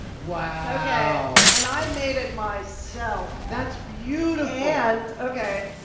wow. and i made it myself. that's beautiful! and, okay,